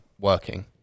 working